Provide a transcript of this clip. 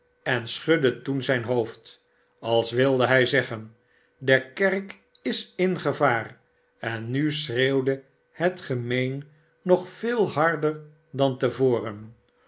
en schudde toen zijn hoofd als wilde hij zeggen de kerk is in gevaar en nu schreeuwde het gemeen nog veel harder dan te voren